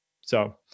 So-